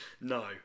No